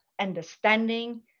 understanding